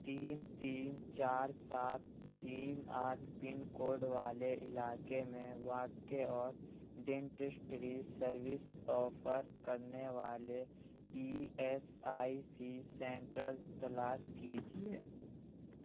تین تین چار سات تین آٹھ پن کوڈ والے علاقے میں واقع اور ڈینٹسٹری سروس آفر کرنے والے E S I C centres تلاش کیجیے